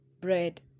bread